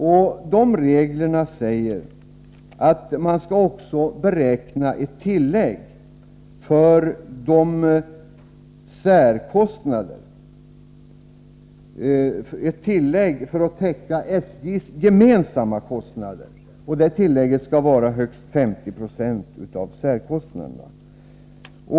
Dessa regler säger att man också skall beräkna ett tillägg för att täcka SJ:s gemensamma kostnader, och det tillägget skall vara högst 50 26 av särkostnaderna.